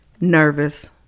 nervous